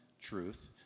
truth